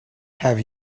have